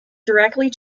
directly